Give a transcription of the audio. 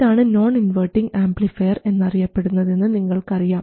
ഇതാണ് non inverting amplifier എന്നറിയപ്പെടുന്നത് എന്ന് നിങ്ങൾക്കറിയാം